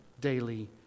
daily